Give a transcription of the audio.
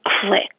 click